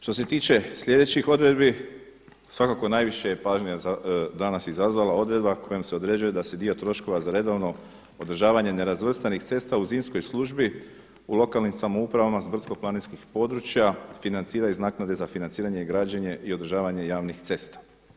Što se tiče sljedećih odredbi svakako najviše je pažnje danas izazvala odredba kojom se određuje da se dio troškova za redovno održavanje nerazvrstanih cesta u zimskoj službi u lokalnim samoupravama sa brdsko planinskih područja financira iz naknade za financiranje, građenje i održavanje javnih cesta.